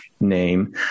name